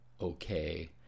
okay